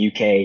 uk